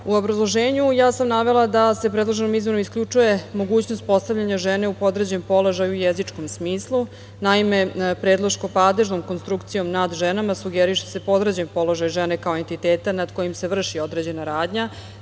obrazloženju ja sam navela da se predloženim izmenama isključuje mogućnost postavljanja žene u podređen položaj i u jezičkom smislu. Naime, predloško padežnom konstrukcijom – nad ženama, sugeriše se podređen položaj žene kao entiteta nad kojim se vrši određena radnja,